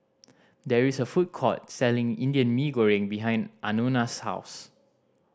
there is a food court selling Indian Mee Goreng behind Anona's house